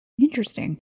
Interesting